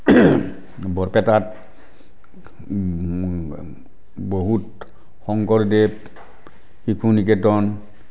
বৰপেটাত বহুত শংকৰদেৱ শিশু নিকেতন